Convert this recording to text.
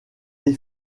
des